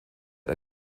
hat